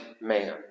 man